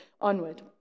onward